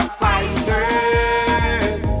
fighters